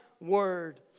Word